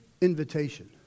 invitation